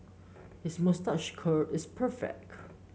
his moustache curl is perfect